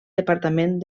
departament